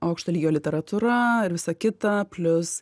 aukšto lygio literatūra ir visa kita plius